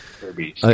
Kirby